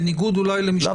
בניגוד אולי למישהו אחר,